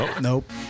Nope